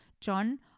John